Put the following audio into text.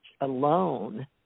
alone